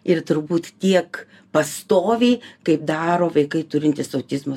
ir turbūt tiek pastoviai kaip daro vaikai turintys autizmo